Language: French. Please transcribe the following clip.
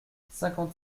cinquante